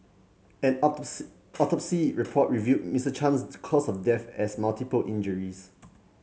an autopsy report revealed Mister Chan's cause of death as multiple injuries